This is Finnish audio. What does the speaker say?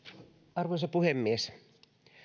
arvoisa puhemies